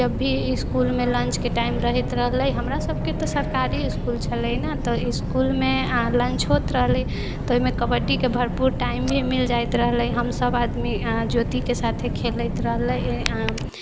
जब भी इसकुलमे लञ्चके टाइम रहैत रहलै हमरा सबके तऽ सरकारी इसकुल छलै ने तऽ इसकुलमे लञ्च होइत रहलै तऽ ओहिमे कबड्डीके भरपूर टाइम भी मिल जाइत रहलै तऽ हमसब आदमी ज्योतिके साथ ही खेलैत रहलै